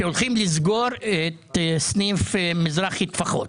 שהולכים לסגור את סניף מזרחי-טפחות.